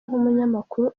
nk’umunyamakuru